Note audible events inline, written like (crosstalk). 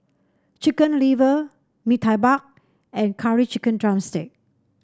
Chicken Liver Bee Tai (unintelligible) and Curry Chicken drumstick